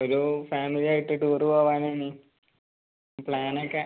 ഒരു ഫാമിലിയായിട്ട് ടൂറ് പോവാനാണ് ഇ പ്ലാനൊക്കെ